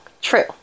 True